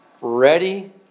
Ready